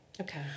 Okay